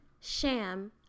Sham